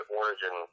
origin